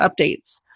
updates